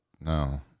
No